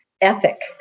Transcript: ethic